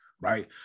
Right